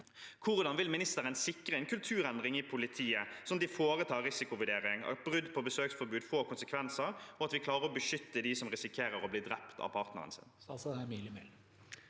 Hvordan vil ministeren sikre en kulturendring i politiet, sånn at de foretar risikovurdering, at et brudd på besøksforbud får konsekvenser, og at vi klarer å beskytte dem som risikerer å bli drept av partneren sin?